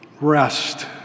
rest